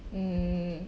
mm